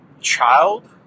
child